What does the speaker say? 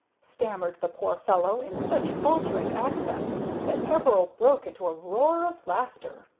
stammered the poor fellow, in such faltering accents that peveril broke into a roar of laughter.